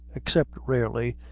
except rarely,